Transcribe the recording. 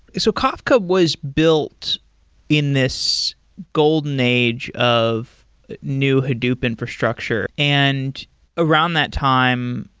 so kafka was built in this golden age of new hadoop infrastructure, and around that time,